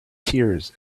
tears